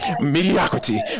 Mediocrity